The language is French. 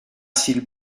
s’il